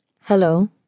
Hello